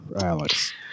Alex